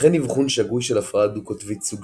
ייתכן אבחון שגוי של הפרעה דו-קוטבית סוג